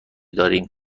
داریم